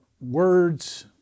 words